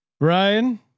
Ryan